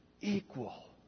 equal